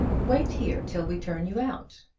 wait here till we turn you out.